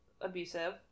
abusive